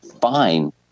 fine